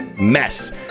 MESS